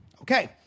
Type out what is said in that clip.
okay